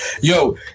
yo